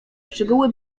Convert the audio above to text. szczegóły